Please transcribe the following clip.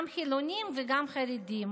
גם חילונים וגם חרדים,